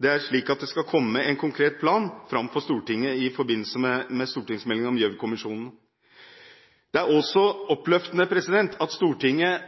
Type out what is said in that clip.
Det er slik at det skal bli lagt fram en konkret plan for Stortinget i forbindelse med stortingsmeldingen om Gjørv-kommisjonen. Det er også oppløftende at Stortinget